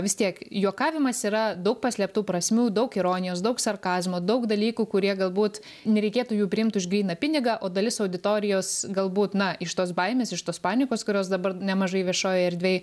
vis tiek juokavimas yra daug paslėptų prasmių daug ironijos daug sarkazmo daug dalykų kurie galbūt nereikėtų jų priimt už gryną pinigą o dalis auditorijos galbūt na iš tos baimės iš tos paniekos kurios dabar nemažai viešojoj erdvėj